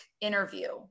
interview